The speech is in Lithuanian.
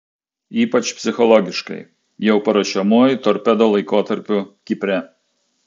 ypač psichologiškai jau paruošiamuoju torpedo laikotarpiu kipre